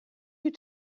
you